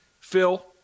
Phil